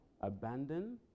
abandon